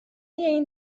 این